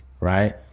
Right